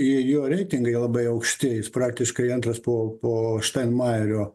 i jo reitingai labai aukšti praktiškai antras po po štan majerio